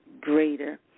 greater